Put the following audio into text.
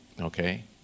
okay